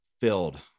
filled